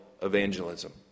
evangelism